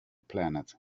planet